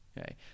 okay